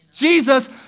Jesus